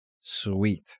sweet